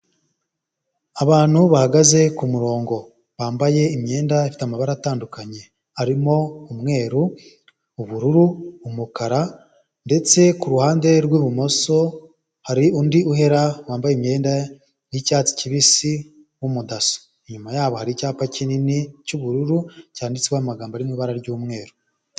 Abantu bahagaze ku murongo bambaye imyenda ifite amabara atandukanye harimo umweru, ubururu, umukara ndetse ku ruhande rw'ibumoso hari undi uhera wambaye imyenda y'icyatsi kibisi w'umudaso. Inyuma yabo hari icyapa kinini cy'bururu cyanditseho amagambo ari mu ibara ry'umweru.